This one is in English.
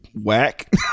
whack